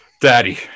daddy